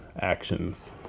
actions